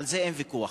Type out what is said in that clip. על זה אין ויכוח.